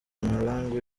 mahlangu